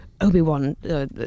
Obi-Wan